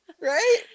Right